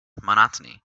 monotony